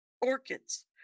Orchids